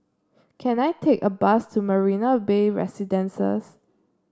can I take a bus to Marina Bay Residences